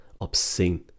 obscene